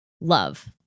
Love